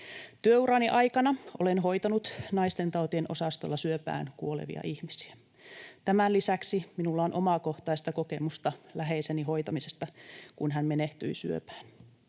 Työurani aikana olen hoitanut naistentautien osastolla syöpään kuolevia ihmisiä. Tämän lisäksi minulla on omakohtaista kokemusta läheiseni hoitamisesta, kun hän menehtyi syöpään.